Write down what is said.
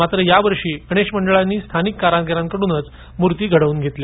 मात्र यावर्षी गणेश मंडळांनी स्थानिक कारागिरांकडूनच मूर्ती घडवून घेतल्या